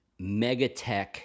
megatech